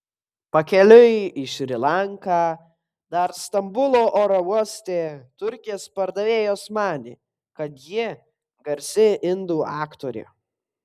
pakeliui į šri lanką dar stambulo oro uoste turkės pardavėjos manė kad ji garsi indų aktorė